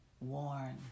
worn